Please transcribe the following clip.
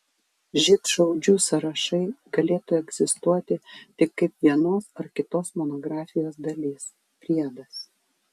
žydšaudžių sąrašai galėtų egzistuoti tik kaip vienos ar kitos monografijos dalis priedas